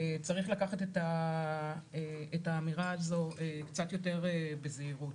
צריך לקחת את האמירה הזו קצת יותר בזהירות.